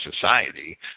society